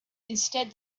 instead